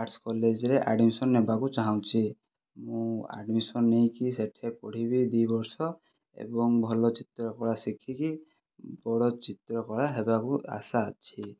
arts କଲେଜରେ admission ନେବା ପାଇଁ ଚାହୁଁଛି ମୁଁ ଆଡ଼ମିଶନ ନେଇକି ସେଇଠି ପଢ଼ିବି ଦୁଇ ବର୍ଷ ଏବଂ ଭଲ ଚିତ୍ର କଳା ଶିଖିକି ବଡ଼ ଚିତ୍ର କଳା ହେବାକୁ ଆଶା ଅଛି